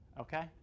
okay